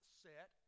set